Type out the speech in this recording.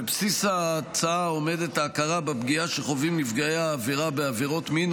בבסיס ההצעה עומדת ההכרה בפגיעה שחווים נפגעי העבירה בעבירות מין,